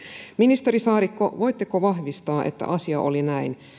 ministeri saarikko voitteko vahvistaa että asia oli näin